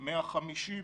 150%?